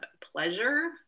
pleasure